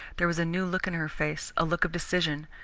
there was a new look in her face, a look of decision.